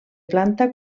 planta